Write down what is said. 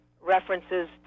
references